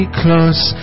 close